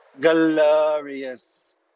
Glorious